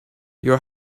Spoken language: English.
your